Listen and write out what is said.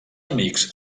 amics